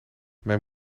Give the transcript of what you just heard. mijn